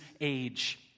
age